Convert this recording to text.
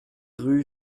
rue